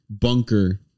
bunker